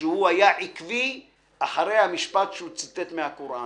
שהוא היה עקבי אחרי המשפט שהוא ציטט מן הקוראן.